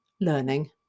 learning